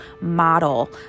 model